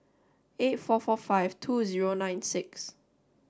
eight four four five two zero nine six